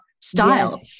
style